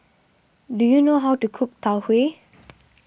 do you know how to cook Tau Huay